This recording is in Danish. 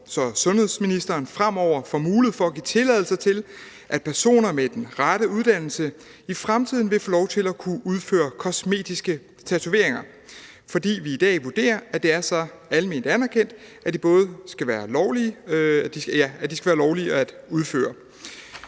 så sundhedsministeren fremover får mulighed for at give tilladelse til, at personer med den rette uddannelse vil få lov til at kunne udføre kosmetiske tatoveringer, fordi vi i dag vurderer, at det er så alment anerkendt, at de skal være lovlige at udføre.